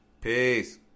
Peace